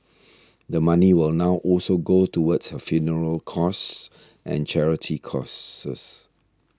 the money will now also go towards her funeral costs and charity causes